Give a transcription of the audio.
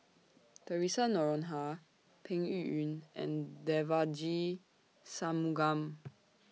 Theresa Noronha Peng Yuyun and Devagi Sanmugam